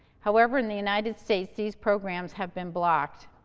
however, in the united states, these programs have been blocked